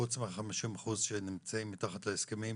חוץ מה-50% שנמצאים מתחת להסכמים,